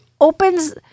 opens